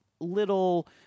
little